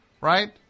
right